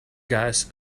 gas